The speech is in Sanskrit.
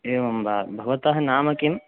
एवं वा भवतः नाम किं